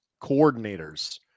coordinators